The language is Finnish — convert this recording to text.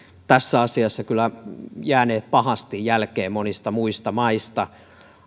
tässä asiassa kyllä jääneet pahasti jälkeen monista muista maista